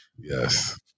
Yes